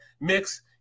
mix